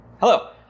Hello